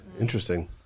interesting